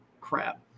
crap